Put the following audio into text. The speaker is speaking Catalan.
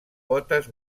potes